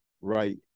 right